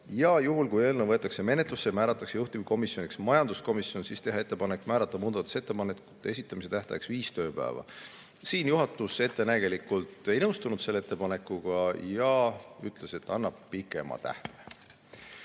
Ja juhul kui eelnõu võetakse menetlusse ja määratakse juhtivkomisjoniks majanduskomisjon, teha ettepanek määrata muudatusettepanekute esitamise tähtajaks viis tööpäeva. Siin juhatus ettenägelikult ei nõustunud selle ettepanekuga ja ütles, et annab pikema tähtaja.